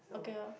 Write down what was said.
okay lor